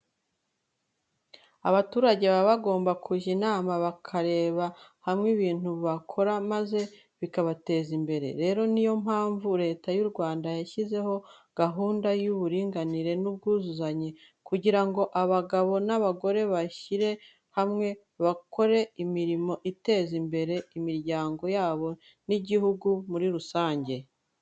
Abaturage baba bagomba kujya inama bakarebera hamwe ibintu bakora maze bikabateza imbere. Rero, niyo mpamvu Leta y'u Rwanda, yashyizeho gahunda y'uburinganire n'ubwuzuzanye kugira ngo abagabo n'abagore bashyire hamwe, bakore imirimo iteza imbere imiryango yabo n'igihugu muri rusange.